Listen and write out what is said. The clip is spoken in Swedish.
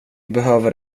behöver